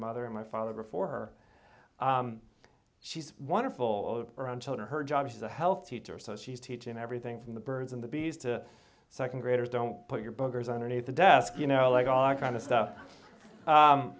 mother and my father before she's wonderful up around children her job as a health teacher so she's teaching everything from the birds and the bees to second graders don't put your boogers underneath the desk you know like all kinds of stuff